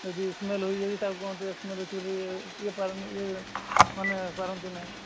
ଯଦି ସ୍ମେଲ୍ ହେଉଛି ଯଦି ତାକୁ କୁହନ୍ତୁ ଏ ସ୍ମେଲ୍ ହେଉଛି ବୋଲି ଏ ପାରନ୍ତୁ ନାଇଁ ଏ ଏ ମାନେ ପାରନ୍ତୁ ନାହିଁ